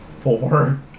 Four